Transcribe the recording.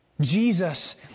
Jesus